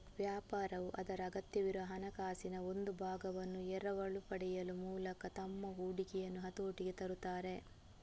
ವ್ಯಾಪಾರವು ಅದರ ಅಗತ್ಯವಿರುವ ಹಣಕಾಸಿನ ಒಂದು ಭಾಗವನ್ನು ಎರವಲು ಪಡೆಯುವ ಮೂಲಕ ತಮ್ಮ ಹೂಡಿಕೆಯನ್ನು ಹತೋಟಿಗೆ ತರುತ್ತಾರೆ